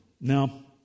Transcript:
Now